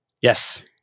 Yes